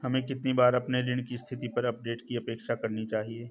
हमें कितनी बार अपने ऋण की स्थिति पर अपडेट की अपेक्षा करनी चाहिए?